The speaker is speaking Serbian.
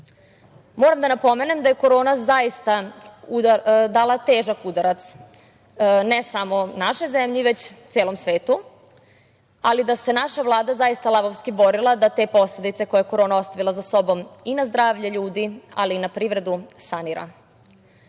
da napomenem da je korona zaista zadala težak udarac ne samo našoj zemlji već celom svetu, ali da se naša Vlada zaista lavovski borila da te posledice koje je korona ostavila za sobom i na zdravlje ljudi, ali i na privredu sanira. Uložen